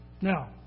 Now